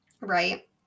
right